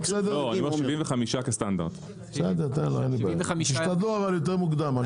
אבל תשתדלו יותר מוקדם.